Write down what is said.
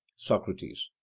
socrates.